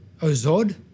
Ozod